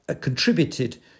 contributed